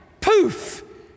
poof